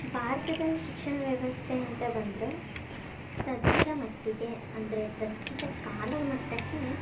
ಭಾರತದ ಶಿಕ್ಷಣ ವ್ಯವಸ್ಥೆ ಅಂತ ಬಂದರೆ ಸಧ್ಯದ ಮಟ್ಟಿಗೆ ಅಂದರೆ ಪ್ರಸ್ತುತ ಕಾಲದ ಮಟ್ಟಕ್ಕೆ